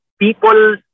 people